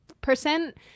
percent